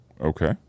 Okay